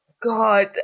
God